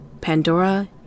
Pandora